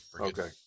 Okay